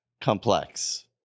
complex